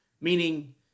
Meaning